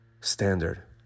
standard